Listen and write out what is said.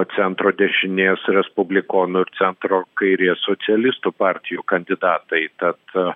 centro dešinės respublikonų centro kairės socialistų partijų kandidatai tad